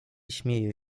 śmieje